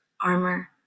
armor